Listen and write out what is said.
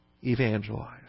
evangelize